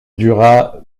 dura